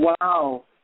Wow